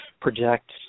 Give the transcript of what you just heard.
project